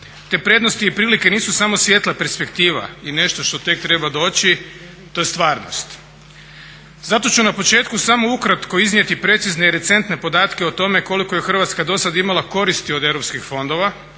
Te prednosti i prilike nisu samo svjetla perspektiva i nešto što tek treba doći, to je stvarnost. Zato ću na početku samo ukratko iznijeti precizne i recentne podatke o tome koliko je Hrvatska dosad imala koristi od europskih fondova,